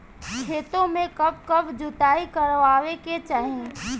खेतो में कब कब जुताई करावे के चाहि?